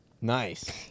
Nice